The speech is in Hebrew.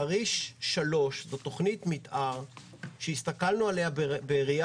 חריש 3 זאת תכנית מתאר שהסתכלנו עליה בראייה